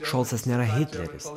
šolcas nėra hitleris